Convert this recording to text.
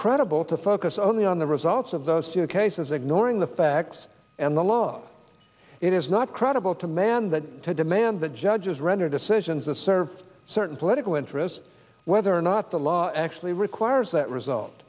credible to focus only on the results of those two cases ignoring the facts and the law it is not credible to man that to demand that judges render decisions that serve certain political interests whether or not the law actually requires that result